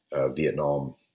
Vietnam